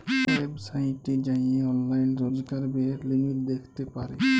ওয়েবসাইটে যাঁয়ে অললাইল রজকার ব্যয়ের লিমিট দ্যাখতে পারি